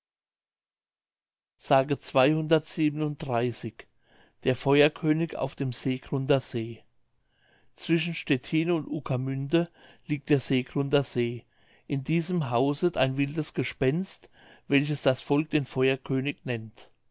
s der feuerkönig auf dem seegrunder see zwischen stettin und uekermünde liegt der seegrunder see in diesem hauset ein wildes gespenst welches das volk den feuerkönig nennt